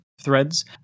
threads